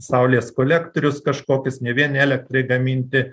saulės kolektorius kažkokius ne vien elektrai gaminti